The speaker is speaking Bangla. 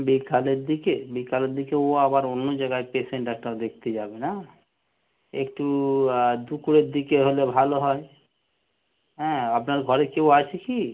বিকালের দিকে বিকালের দিকে ও আবার অন্য জায়গায় পেশেন্ট একটা দেখতে যাবে না একটু দুপুরের দিকে হলে ভালো হয় হ্যাঁ আপনার ঘরে কেউ আছে কি